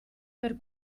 per